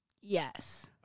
Yes